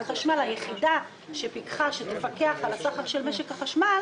חשמל היא היחידה שפיקחה על הסחר של משק החשמל.